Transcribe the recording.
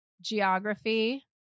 geography